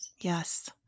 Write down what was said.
Yes